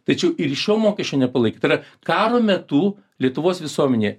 tačiau ir šio mokesčio nepalaiko tai yra karo metu lietuvos visuomenė